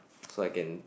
so I can